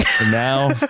now